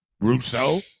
Russo